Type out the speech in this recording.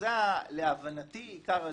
זה להבנתי עיקר הדיון.